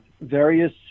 various